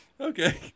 Okay